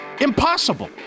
Impossible